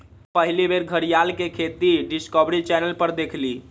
हम पहिल बेर घरीयार के खेती डिस्कवरी चैनल पर देखली